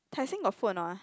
Tai-Seng got food or not ah